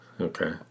Okay